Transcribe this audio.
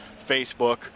Facebook